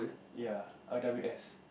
ya r_w_s